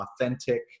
authentic